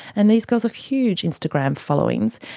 and these girls have huge instagram followings.